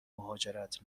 مهاجرت